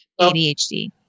ADHD